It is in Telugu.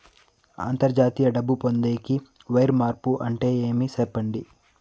అంతర్జాతీయ డబ్బు పొందేకి, వైర్ మార్పు అంటే ఏమి? సెప్పండి?